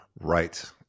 Right